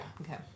okay